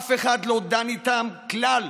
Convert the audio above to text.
אף אחד לא דן איתם כלל